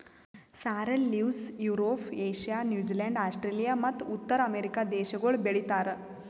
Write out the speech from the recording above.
sorrel leaves Europe, Asia, New Zealand, Australia ಮತ್ತ ಉತ್ತರ America ದೇಶಗೊಳ್ ಬೆ ಳಿತಾರ್